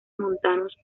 montanos